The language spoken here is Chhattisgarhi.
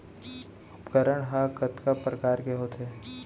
उपकरण हा कतका प्रकार के होथे?